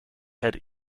head